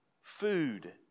food